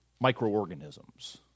microorganisms